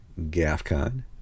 Gafcon